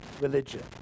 religion